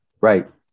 Right